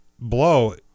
blow